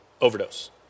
overdose